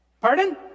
Pardon